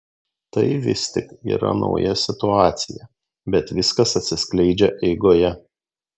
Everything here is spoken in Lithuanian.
tai vis tik yra nauja situacija bet viskas atsiskleidžia eigoje